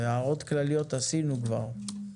הערות כלליות עשינו כבר.